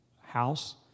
house